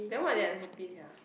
then why are they unhappy sia